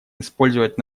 использовать